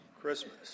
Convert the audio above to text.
Christmas